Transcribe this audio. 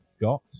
got